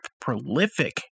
prolific